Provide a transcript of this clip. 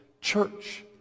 Church